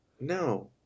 No